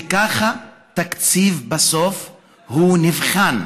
וככה התקציב בסוף נבחן.